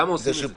למה עושים את זה?